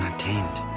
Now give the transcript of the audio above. tamed